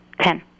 Ten